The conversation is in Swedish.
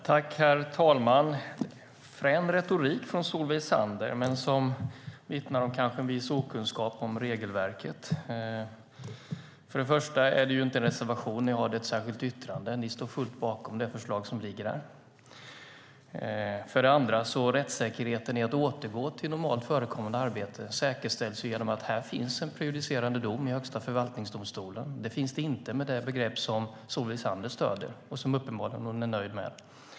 Herr talman! Det var en frän retorik från Solveig Zander, men den vittnar kanske om en viss okunskap om regelverket. För det första är det inte en reservation ni har, utan det är ett särskilt yttrande. Ni står helt bakom det förslag som ligger här. För det andra säkerställs rättssäkerheten i att återgå till "normalt förekommande arbete" genom att det finns en prejudicerande dom i Högsta förvaltningsdomstolen. Det finns det inte när det gäller det begrepp som Solveig Zander stöder och som hon uppenbarligen är nöjd med.